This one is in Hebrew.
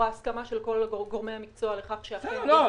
ההסכמה של גורמי המקצוע לכך ש -- לא,